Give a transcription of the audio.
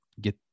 get